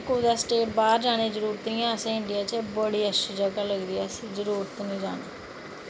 कुदै स्टेट बाहर जाने दी जरूरत निं ऐ इंया असेंगी इंडिया च बड़ी अच्छी जगह लगदी असेंगी जरूरत निं जाने दी